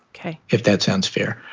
if that sounds fair.